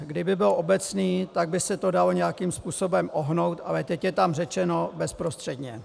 Kdyby byl obecný, tak by se to dalo nějakým způsobem ohnout, ale teď je tam řečeno bezprostředně.